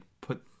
put